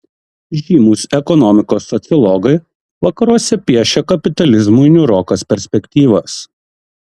žymūs ekonomikos sociologai vakaruose piešia kapitalizmui niūrokas perspektyvas